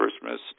Christmas